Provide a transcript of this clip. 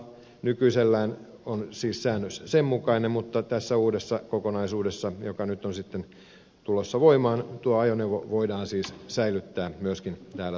nykyisellään ovat siis säännöt sen mukaiset mutta tässä uudessa kokonaisuudessa joka nyt on sitten tulossa voimaan tuo ajoneuvo voidaan siis säilyttää myöskin täällä suomessa